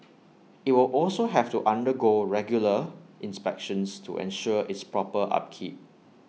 IT will also have to undergo regular inspections to ensure its proper upkeep